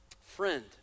Friend